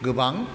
गोबां